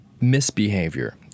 misbehavior